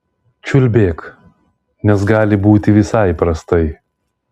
čiulbėk nes gali būti visai prastai